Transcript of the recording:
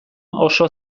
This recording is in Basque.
oso